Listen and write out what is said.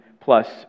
plus